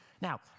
Now